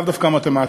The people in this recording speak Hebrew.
לאו דווקא מתמטיקה,